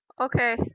Okay